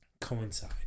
coincide